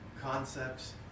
concepts